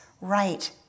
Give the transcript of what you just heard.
right